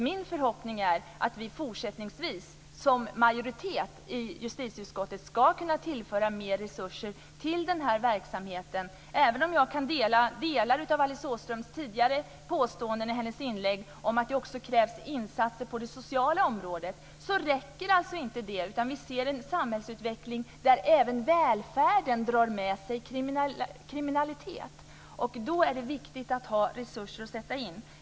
Min förhoppning är att vi fortsättningsvis som majoritet i justitieutskottet ska kunna tillföra mer resurser till denna verksamhet. Även om jag kan dela vissa av Alice Åströms tidigare påståenden i hennes inlägg om att det också krävs insatser på det sociala området så räcker inte det, utan vi ser en samhällsutveckling där även välfärden drar med sig kriminalitet. Då är det viktigt att ha resurser att sätta in.